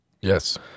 Yes